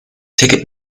ticket